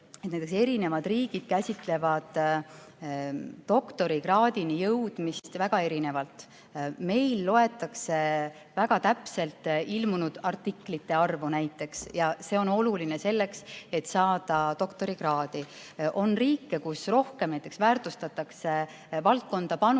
eri riigid käsitlevad doktorikraadini jõudmist väga erinevalt. Meil loetakse väga täpselt ilmunud artiklite arvu ja see on oluline, et saada doktorikraadi. On riike, kus rohkem väärtustatakse valdkonda panustamist